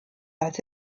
als